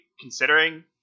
considering